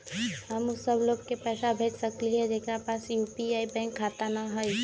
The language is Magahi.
हम उ सब लोग के पैसा भेज सकली ह जेकरा पास यू.पी.आई बैंक खाता न हई?